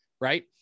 right